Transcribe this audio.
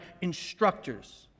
instructors